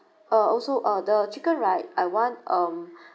uh also uh the chicken right I want um